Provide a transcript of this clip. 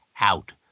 out